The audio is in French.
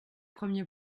premier